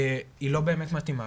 היא לא באמת מתאימה,